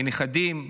כנכדים,